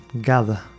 gather